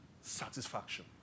Satisfaction